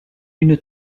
une